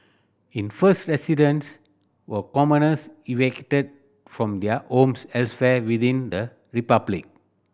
in first residents were commoners evicted from their homes elsewhere within the republic